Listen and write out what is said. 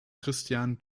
christian